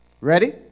Ready